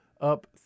up